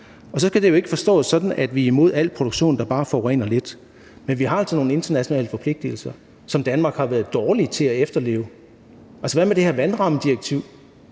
Så skal det jo ikke forstås sådan, at vi er imod al produktion, der bare forurener lidt, men vi har altså nogle internationale forpligtelser, som Danmark har været dårlig til at efterleve. Altså, hvad med det her vandrammedirektiv